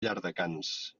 llardecans